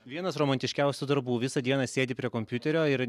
vienas romantiškiausių darbų visą dieną sėdi prie kompiuterio ir